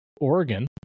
Oregon